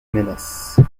menace